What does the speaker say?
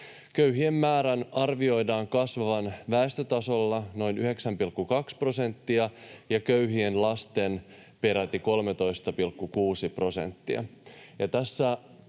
Köyhien määrän arvioidaan kasvavan väestötasolla noin 9,2 prosenttia ja köyhien lasten määrän peräti 13,6 prosenttia.